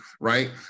right